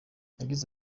yagize